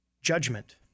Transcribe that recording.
judgment